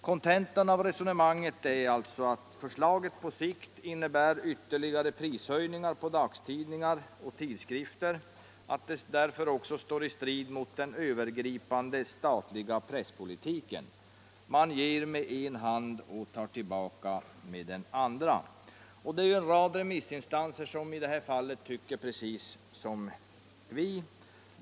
Kontentan av resonemanget är alltså att förslaget, som på sikt innebär ytterligare prishöjningar på dagstidningar och tidskrifter, står i strid mot den övergripande statliga presspolitiken. Man ger med en hand och tar tillbaka med den andra. En rad remissinstanser tycker precis som vi.